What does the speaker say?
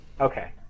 Okay